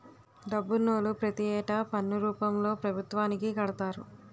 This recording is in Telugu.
డబ్బునోళ్లు ప్రతి ఏటా పన్ను రూపంలో పభుత్వానికి కడతారు